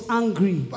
angry